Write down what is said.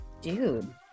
Dude